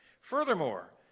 Furthermore